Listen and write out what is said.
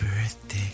birthday